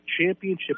Championship